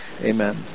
amen